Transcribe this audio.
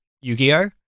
Yu-Gi-Oh